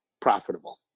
profitable